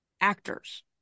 actors